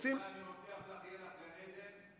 ג'ידא, אני מבטיח לך שיהיה לך גן עדן,